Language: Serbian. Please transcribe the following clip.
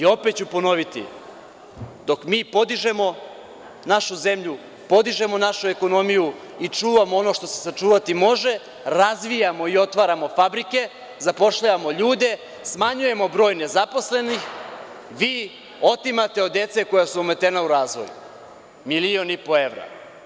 Dok mi podižemo našu zemlju, našu ekonomiju i čuvamo ono što se sačuvati može, razvijamo i otvaramo fabrike, zapošljavanjmo ljude, smanjujemo broj nezaposlenih, vi otimate od dece ometene u razvoju milion i po evra.